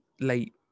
late